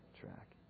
track